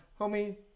Homie